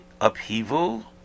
upheaval